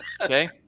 Okay